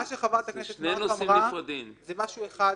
מה שחברת הכנסת מארק אמרה זה משהו אחד,